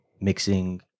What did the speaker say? mixing